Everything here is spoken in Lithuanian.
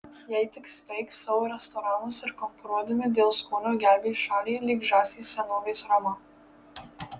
jei tik steigs savo restoranus ir konkuruodami dėl skonio gelbės šalį lyg žąsys senovės romą